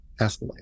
escalate